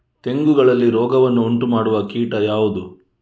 ತೆಂಗುಗಳಲ್ಲಿ ರೋಗವನ್ನು ಉಂಟುಮಾಡುವ ಕೀಟ ಯಾವುದು?